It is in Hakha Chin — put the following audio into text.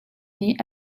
nih